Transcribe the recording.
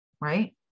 right